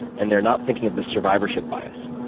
and they're not thinking of the survivorship bias.